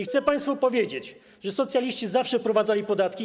Chcę państwu powiedzieć, że socjaliści zawsze wprowadzali podatki.